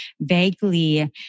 vaguely